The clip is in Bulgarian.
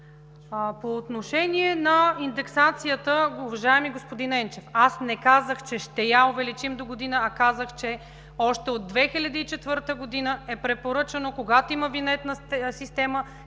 По отношение на индексацията – уважаеми господин Енчев, аз не казах, че ще я увеличим догодина, а казах, че още от 2004 г. е препоръчано, когато има винетна система,